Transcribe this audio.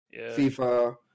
FIFA